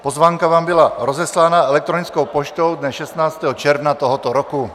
Pozvánka vám byla rozeslána elektronickou poštou dne 16. června tohoto roku.